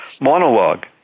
monologue